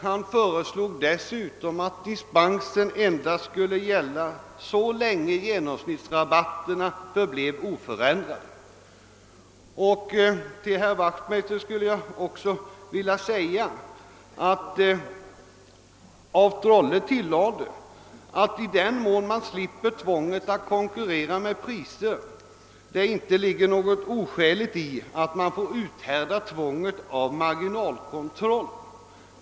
Han föreslog dessutom att dispensen skulle gälla endast så länge genomsnittsrabatterna förblev oförändrade. Till herr Wachtmeister skulle jag också vilja säga att af Trolle tillade, att i den mån man slipper tvånget att kon kurrera med priser, ligger det inte något oskäligt i att man får uthärda tvånget av en marginalkontroll.